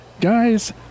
Guys